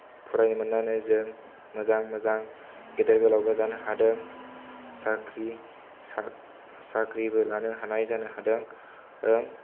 फरायनो मोन्नानै जों मोजां मोजां गेदेर गोलावबो जानो हादों साख्रि सा साख्रिबो लानो हानाय जादों ओं